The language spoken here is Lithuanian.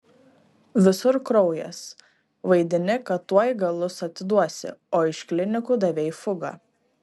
visur kraujas vaidini kad tuoj galus atiduosi o iš klinikų davei fugą